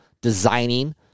designing